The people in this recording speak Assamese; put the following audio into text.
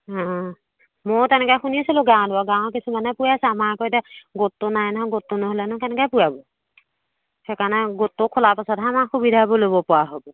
অ ময়ো তেনেকৈ শুনিছিলোঁ গাঁৱল গাঁৱৰ কিছুমানে কৈ আছে আমাৰ আকৌ এতিয়া গোটটো নাই নহয় গোটটো নহ'লেনো কেনেকৈ খোলাব সেইকাৰণে গোটটো খোলা পাছতহে আমাৰ সুবিধাবোৰ ল'ব পৰা হ'ব